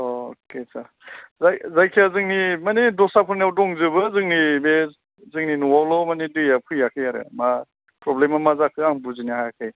अके सार जाय जायखिया जोंनि मानि दस्राफोरनाव दंजोबो जोंनि बे जोंनि न'आवल' मानि दैया फैयाखै आरो मा प्रब्लेमआ मा जाखो आं बुजिनो हायासै